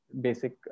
Basic